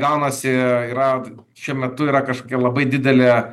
gaunasi yra šiuo metu yra kažkokia labai didelė